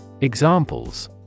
Examples